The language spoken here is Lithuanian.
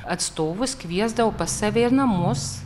atstovus kviesdavo pas save į namus